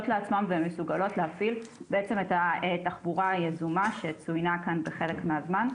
לעצמן ומסוגלות להפעיל את התחבורה היזומה שצוינה כאן בחלק מהזמן,